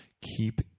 Keep